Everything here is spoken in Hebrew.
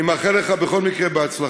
אני מאחל לך בכל מקרה הצלחה.